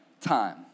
time